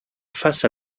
face